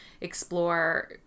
explore